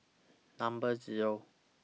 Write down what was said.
Number Zero